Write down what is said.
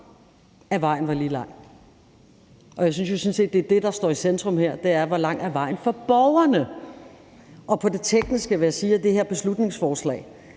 at vejen var lige lang. Jeg synes jo sådan set, det er det, der står i centrum her, altså hvor lang vejen er for borgerne. I forhold til det tekniske vil jeg sige, at det her beslutningsforslag